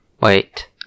Wait